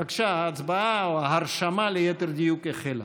בבקשה, ההצבעה, או ההרשמה, ליתר דיוק, החלה.